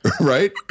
right